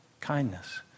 kindness